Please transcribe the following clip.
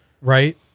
right